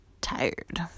tired